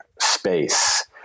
space